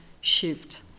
shift